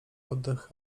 oddech